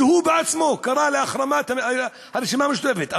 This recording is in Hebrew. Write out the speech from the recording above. כשהוא בעצמו קרא להחרמת הרשימה המשותפת.